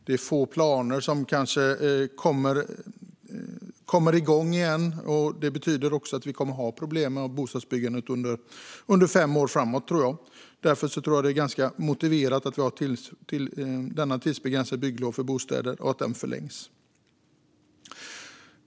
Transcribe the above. Det är få planer som kommer igång igen. Det betyder också att vi kommer att ha problem med bostadsbyggandet under fem år framöver, tror jag. Därför är det ganska motiverat att vi har dessa tidsbegränsade bygglov för bostäder och att detta förlängs.